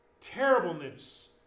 terribleness